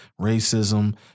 racism